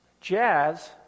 Jazz